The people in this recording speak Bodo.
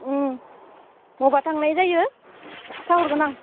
माब्ला थांनाय जायो खिन्था हरगोन आं